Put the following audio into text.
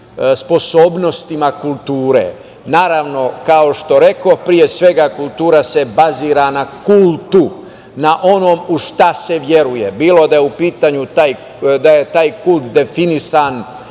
sposobnostima kulture. Naravno, kao što rekoh, pre svega, kultura se bazira na kultu, na onom u šta se veruje, bilo da je u pitanju da je taj kult definisan